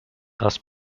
thus